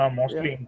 mostly